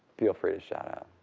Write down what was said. feel free to shout out.